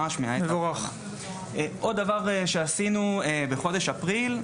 עוד דבר שעשינו בחודש אפריל,